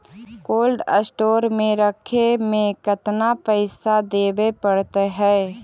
Cold store में रखे में केतना पैसा देवे पड़तै है?